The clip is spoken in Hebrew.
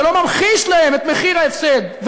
ולא ממחיש להם את מחיר ההפסד,